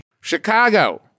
Chicago